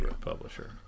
publisher